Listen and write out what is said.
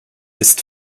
ist